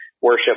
worship